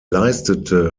leistete